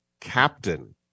captain